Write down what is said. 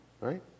right